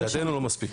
לדעתנו לא מספיק.